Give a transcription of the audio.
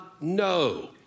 no